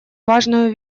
важную